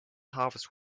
harvest